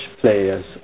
players